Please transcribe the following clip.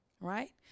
right